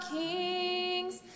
kings